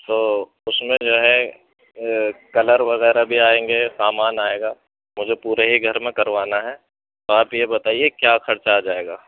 تو اُس میں جو ہے کلر وغیرہ بھی آئیں گے سامان آئے گا مجھے پورے ہی گھر میں کروانا ہے تو آپ یہ بتائیے کیا خرچہ آ جائے گا